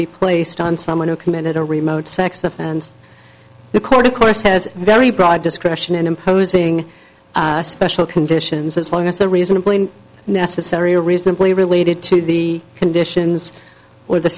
be placed on someone who committed a remote sex offense the court of course has very broad discretion in imposing special conditions as long as the reasonably necessary are reasonably related to the conditions or the